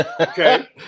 Okay